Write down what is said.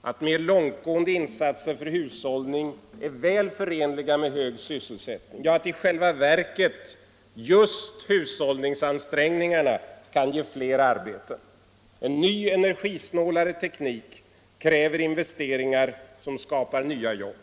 att mer långtgående insatser för hushållning är väl förenliga med hög sysselsättning — ja, att i själva verket just hushållningsansträngningarna kan ge fler arbete. En ny, energisnålare teknik kräver investeringar som skapar nya jobb.